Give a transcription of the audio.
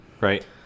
Right